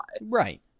Right